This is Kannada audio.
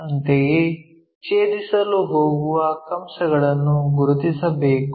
ಅಂತೆಯೇ ಛೇದಿಸಲು ಹೋಗುವ ಕಂಸಗಳನ್ನು ಗುರುತಿಸಬೇಕು